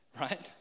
right